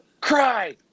Cry